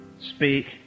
speak